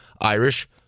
Irish